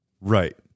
Right